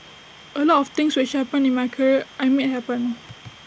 A lot of things which happened in my career I made happen